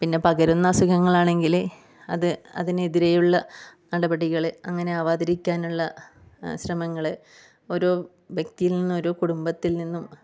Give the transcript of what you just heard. പിന്നെ പകരുന്ന അസുഖങ്ങളാണെങ്കില് അത് അതിന് എതിരെയുള്ള നടപടികൾ അങ്ങനെ ആവാതിരിക്കാനുള്ള ശ്രമങ്ങൾ ഓരോ വ്യക്തിയിൽ നിന്നും ഓരോ കുടുംബത്തിൽ നിന്നും